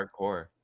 hardcore